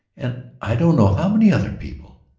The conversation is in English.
and i don't know how many other people.